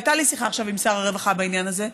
הייתה לי שיחה עכשיו עם שר הרווחה בעניין הזה,